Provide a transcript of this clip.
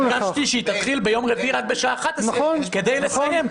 ביקשתי שהיא תתחיל ביום רביעי רק בשעה 11:00 כדי לסיים,